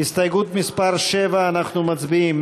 הסתייגות מס' 7, אנחנו מצביעים.